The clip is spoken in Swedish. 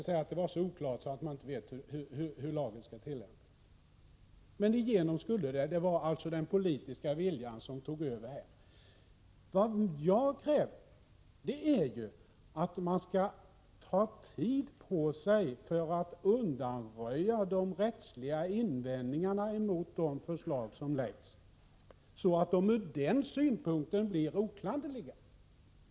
Lagen är så oklar att man inte vet hur den skall tillämpas, men igenom skulle den. Det var alltså den politiska viljan som tog över här. Vad jag har krävt är ju att man skall ta tid på sig för att undanröja de rättsliga invändningarna mot de förslag som läggs fram, så att de ur den synpunkten blir oklanderliga.